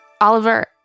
Oliver